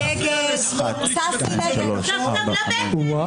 יש סרטון ופונים אלייך תוך כדי הצבעה.